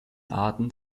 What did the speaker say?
arten